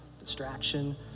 distraction